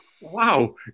wow